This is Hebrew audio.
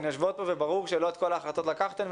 יושבות פה וברור שלא את כל ההחלטות לקחתן,